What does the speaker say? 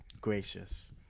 gracious